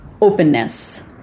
openness